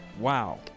wow